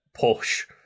push